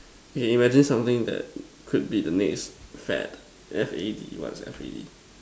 okay imagine something that could be the next fad F_A_D what's F_A_D